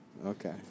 Okay